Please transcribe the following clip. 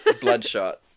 bloodshot